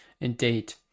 Indeed